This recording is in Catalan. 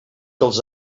dels